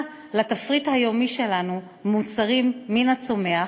לתפריט היומי שלנו מוצרים מן הצומח,